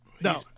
No